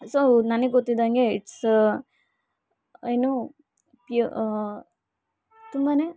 so ನನಗೆ ಗೊತ್ತಿದಂಗೆ it's ಏನು ಪ್ಯು ತುಂಬನೇ